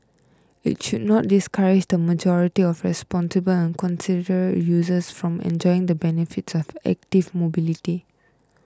it should not discourage the majority of responsible and considerate users from enjoying the benefits of active mobility